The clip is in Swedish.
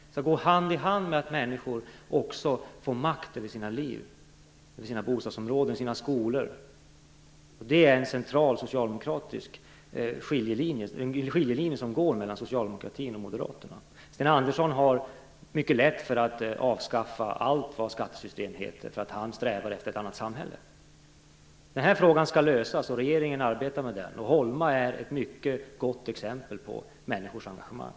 Det skall gå hand i hand med att människor också får makt över sina liv, sina bostadsområden och sina skolor. Det är en skiljelinje som går mellan socialdemokratin och moderaterna. Sten Andersson har mycket lätt för att avskaffa allt vad skattesystem heter, eftersom han strävar efter ett annat samhälle. Den här frågan skall lösas, och regeringen arbetar med den. Holma är ett mycket gott exempel på människors engagemang.